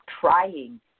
trying